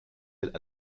ailes